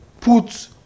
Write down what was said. put